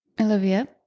Olivia